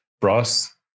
brass